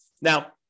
Now